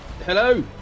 hello